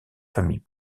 famille